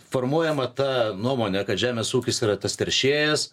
formuojama ta nuomonė kad žemės ūkis yra tas teršėjas